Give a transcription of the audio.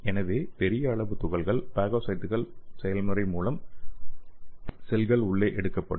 எனவே பெரிய அளவு துகள்கள் பாகோசைட்டுகள் செயல்முறை மூலம் செல்கள் உள்ளே எடுக்கப்படும்